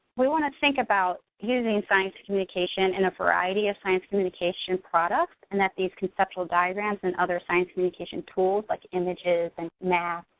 we wanna think about using science communication and a variety of science communication products and that these conceptual diagrams and other science communication tools like images and maps,